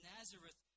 Nazareth